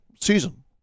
season